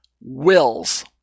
wills